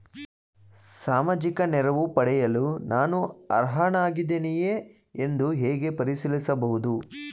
ಸಾಮಾಜಿಕ ನೆರವು ಪಡೆಯಲು ನಾನು ಅರ್ಹನಾಗಿದ್ದೇನೆಯೇ ಎಂದು ಹೇಗೆ ಪರಿಶೀಲಿಸಬಹುದು?